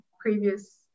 previous